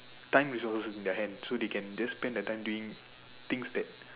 time resource in their hand so they can just spend their time doing things that